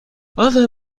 other